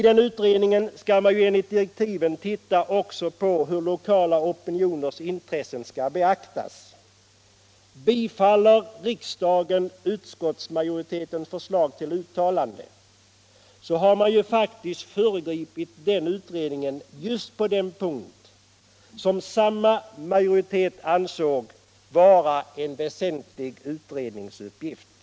Den utredningen skall enligt direktiven titta också på hur lokala opinioners intressen skall beaktas. Bifaller riksdagen utskottsmajoritetens förslag till uttalande har den faktiskt föregripit utredningen just på den punkt som = Nr 107 samma majoritet ansåg vara en väsentlig utredningsuppgift.